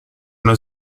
una